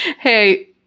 Hey